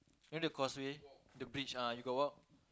you know the causeway the bridge ah you got walk